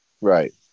Right